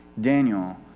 Daniel